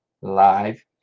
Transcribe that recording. live